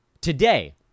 Today